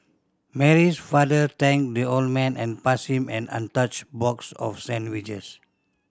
Mary's father thanked the old man and passed him an untouched box of sandwiches